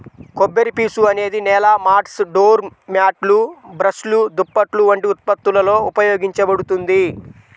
కొబ్బరిపీచు అనేది నేల మాట్స్, డోర్ మ్యాట్లు, బ్రష్లు, దుప్పట్లు వంటి ఉత్పత్తులలో ఉపయోగించబడుతుంది